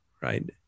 right